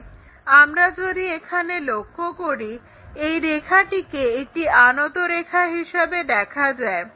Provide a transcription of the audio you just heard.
তাহলে আমরা যদি এখানে লক্ষ্য করি এই রেখাটিকে একটি আনত রেখা হিসাবে দেখা যায়